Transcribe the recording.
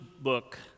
book